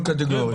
קטגוריה.